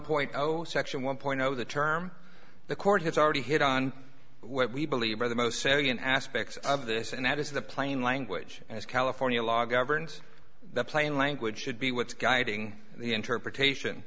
point zero section one point zero the term the court has already hit on what we believe are the most salient aspects of this and that is the plain language as california law governs the plain language should be what's guiding the interpretation